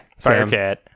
Firecat